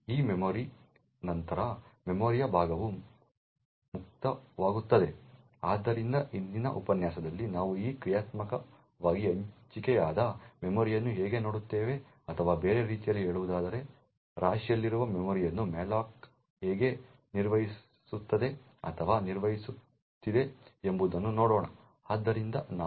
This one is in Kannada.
ಆ ಮೆಮೊರಿ ನಂತರ ಮೆಮೊರಿಯ ಭಾಗವು ಮುಕ್ತವಾಗುತ್ತದೆ ಆದ್ದರಿಂದ ಇಂದಿನ ಉಪನ್ಯಾಸದಲ್ಲಿ ನಾವು ಈ ಕ್ರಿಯಾತ್ಮಕವಾಗಿ ಹಂಚಿಕೆಯಾದ ಮೆಮೊರಿಯನ್ನು ಹೇಗೆ ನೋಡುತ್ತೇವೆ ಅಥವಾ ಬೇರೆ ರೀತಿಯಲ್ಲಿ ಹೇಳುವುದಾದರೆ ರಾಶಿಯಲ್ಲಿರುವ ಮೆಮೊರಿಯನ್ನು malloc ಹೇಗೆ ನಿರ್ವಹಿಸುತ್ತದೆ ಅಥವಾ ನಿರ್ವಹಿಸುತ್ತದೆ ಎಂಬುದನ್ನು ನೋಡೋಣ ಆದ್ದರಿಂದ ನಾವು ಇದನ್ನು ನೋಡೋಣ